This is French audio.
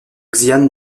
xian